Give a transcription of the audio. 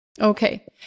Okay